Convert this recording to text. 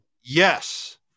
Yes